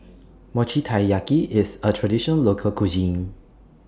Mochi Taiyaki IS A Traditional Local Cuisine